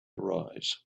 arise